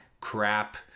crap